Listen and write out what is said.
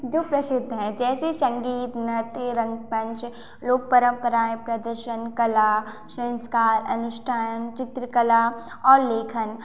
जो प्रसिद्ध हैं जैसे संगीत नाट्य रंग मंच लोक परंपराएँ प्रदर्शन कला संस्कार अनुष्ठान चित्रकला और लेखन